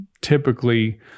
typically